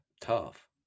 tough